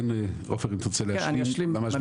עופר אם אתה רוצה להשלים בקצרה.